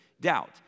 doubt